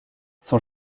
son